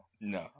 No